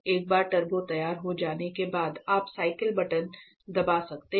एक बार टर्बो तैयार हो जाने के बाद आप साइकिल बटन दबा सकते हैं